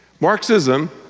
Marxism